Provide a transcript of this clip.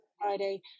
Friday